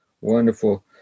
Wonderful